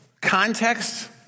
context